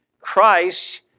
Christ